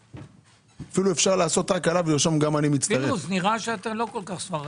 פינדרוס, נראה שאתה לא שבע רצון.